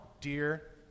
dear